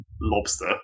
lobster